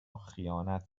خیانت